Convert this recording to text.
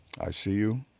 i see you.